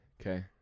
Okay